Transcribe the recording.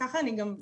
כך גם הבנתי